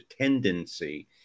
tendency